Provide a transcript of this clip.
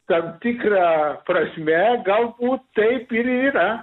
tam tikra prasme galbūt taip ir yra